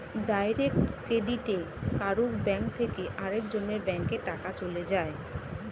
direct ক্রেডিটে কারুর bank থেকে আরেক জনের ব্যাংকে টাকা চলে যায়